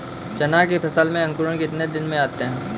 चना की फसल में अंकुरण कितने दिन में आते हैं?